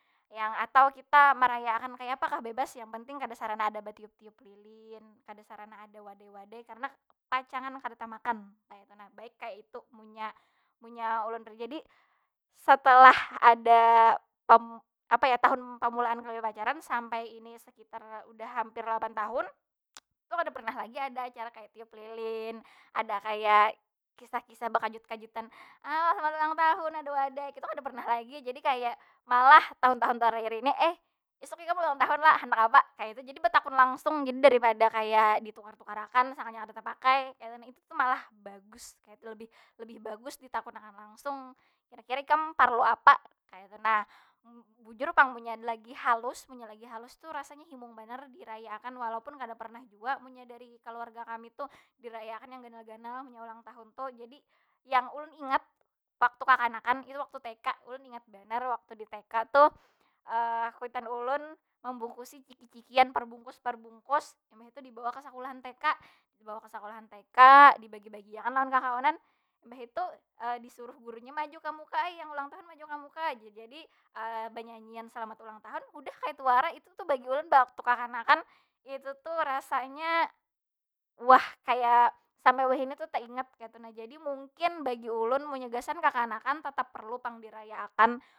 Yang, atau kita merayaakan kayapa kah bebas yang penting kada sarana ada batiup- tiup lilin, kada sarana ada wadai wadai. Karena pacangan kada tamakan, kaytu nah. Baik kaitu, munnya munnya ulun pribadi setelah ada apa ya tahun pamulaan kami pacaran sampai ini sekitar udah hampir lapan tahun tu kada pernah lagi ada acara kaya tiup lilin, ada kaya kisah kisah bekajut kajutan. Ah selamat ulang tahun, ada wadai, kitu kada pernah lagi. Jadi kaya, malah tahun tahun terakhir ini, eh isuk ikam ulang tahun lo? Handak apa? Kaytu. Jadi betakun langsung gin daripada kaya ditukar- tukarakan, sangkanya kada tapakai kaytu nah. Itu tu malah bagus kaytu, lebih lebih bagus ditakun akan langsung, kira kira ikam parlu apa? Kaytu nah. bujur pang munnya lagi halus, munnya lagi halus tu rasanya himung banar diraya akan. Walaupun kada pernah jua munnya dari kaluarga kami tuh dirayakan ganal ganal munnya ulang tahun tuh. Jadi yang ulun ingat waktu kakanakan itu waktu tk, ulun ingat banar waktu di tk tu. kuitan ulun membungkusi chiki- chikian perbungkus perbungkus, imbah itu dibawa ka sakulahan tk. Dibawa ka sakulahan tk, dibagi bagi akna lawan kakawanan. Mbah itu disuruh gurunya maju ka muka, ai yang ulang tahun maju ka muka jar. jadi benyanyian selamat ulang tahun, udah kaytu wara. Itu tuh bagi ulun waktu kakanakan, itu tuh rasanya wah, kaya sampai wahini tu taingat kaytu nah. Jadi mungkin bagi ulun munnya gasan kakanakantetap perlu pang diraya akan.